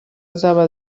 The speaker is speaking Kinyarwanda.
zaba